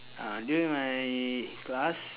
uh during my class